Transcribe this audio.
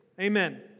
Amen